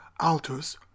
altus